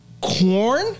corn